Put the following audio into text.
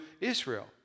Israel